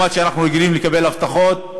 אנחנו רגילים לקבל הבטחות,